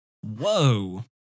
whoa